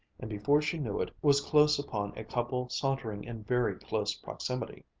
and before she knew it, was close upon a couple sauntering in very close proximity.